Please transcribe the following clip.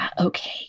okay